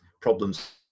problems